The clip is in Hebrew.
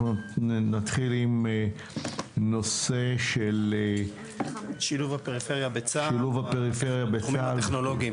נתחיל עם נושא של שילוב הפריפריה בצה"ל.